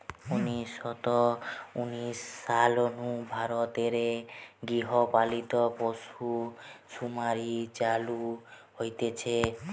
উনিশ শ উনিশ সাল নু ভারত রে গৃহ পালিত পশুসুমারি চালু হইচে